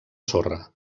sorra